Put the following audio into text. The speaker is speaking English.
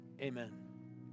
Amen